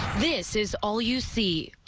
this is all you see.